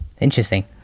interesting